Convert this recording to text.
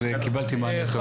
אז קיבלתי מענה טוב.